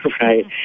right